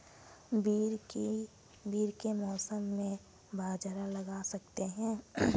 रवि के मौसम में बाजरा लगा सकते हैं?